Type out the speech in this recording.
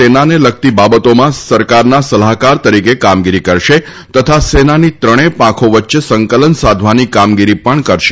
સેનાને લગતી બાબતોમાં સરકારના સલાહકાર તરીકે કામગીરી કરશે તથા સેનાની ત્રણેય પાંખો વચ્ચે સંકલન સાધવાની કામગીરી પણ કરશે